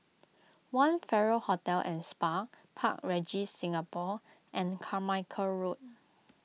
one Farrer Hotel and Spa Park Regis Singapore and Carmichael Road